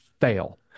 fail